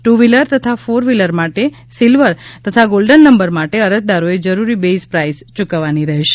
two wheeler તથા four wheeler માટે silver તથા ગોલ્ડન નંબર માટે અરજદારોએ જરૂરી બેઈઝ પ્રાઇસ યુકવવાની રહેશે